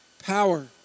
Power